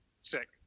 Sick